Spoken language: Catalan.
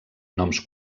noms